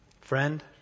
friend